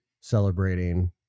celebrating